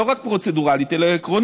לא רק פרוצדורלית אלא עקרונית.